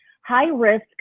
High-risk